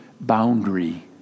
boundary